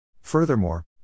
Furthermore